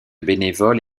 bénévoles